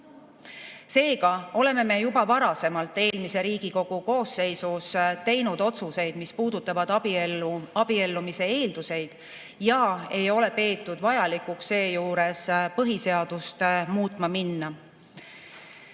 Seega oleme me juba eelmise Riigikogu koosseisus teinud otsuseid, mis puudutavad abiellumise eeldusi, ja ei ole peetud vajalikuks seejuures põhiseadust muutma minna.